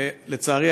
לצערי,